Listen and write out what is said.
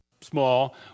small